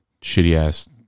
shitty-ass